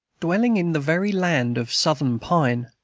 dwelling in the very land of southern pine,